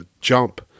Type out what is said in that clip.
jump